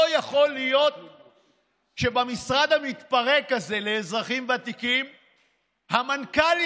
לא יכול להיות שבמשרד המתפרק הזה לאזרחים ותיקים המנכ"לית